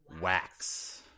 wax